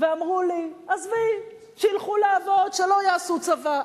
ואמרו לי: עזבי, שילכו לעבוד, שלא יעשו צבא.